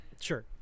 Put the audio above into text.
Sure